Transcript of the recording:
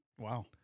Wow